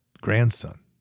grandson